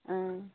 অঁ